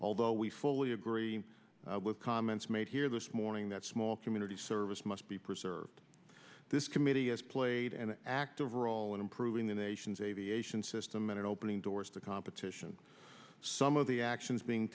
although we fully agree with comments made here this morning that small community service must be preserved this committee has played an active role in improving the nation's aviation system and opening doors to competition some of the actions being